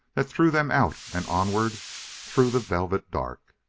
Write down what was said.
that threw them out and onward through the velvet dark.